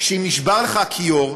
שאם נשבר לך הכיור,